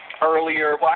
earlier